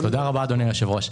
תודה רבה, אדוני היושב-ראש.